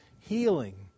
healing